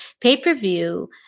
pay-per-view